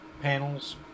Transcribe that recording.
panels